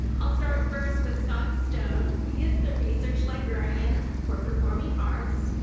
i'll start first with scott stone. he is the research librarian for performing arts.